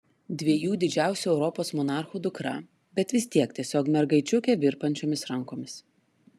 dviejų didžiausių europos monarchų dukra bet vis tiek tiesiog mergaičiukė virpančiomis rankomis